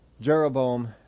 Jeroboam